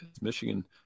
Michigan